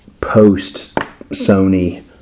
post-Sony